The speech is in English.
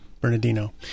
Bernardino